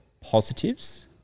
positives